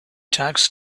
tax